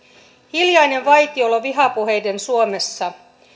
hiljainen vaitiolo vihapuheiden suomessa